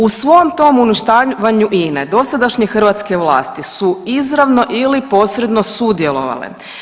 U svom tom uništavanju INE dosadašnje hrvatske vlasti su izravno ili posredno sudjelovale.